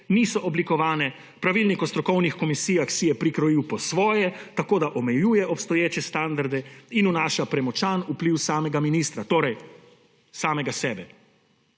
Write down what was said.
niso oblikovane, pravilnik o strokovnih komisijah si je prikrojil po svoje tako, da omejuje obstoječe standarde in vnaša premočan vpliv samega ministra, torej samega sebe.